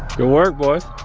good work boys.